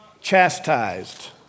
Chastised